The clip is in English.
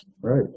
Right